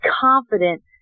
confident